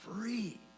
free